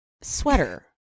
sweater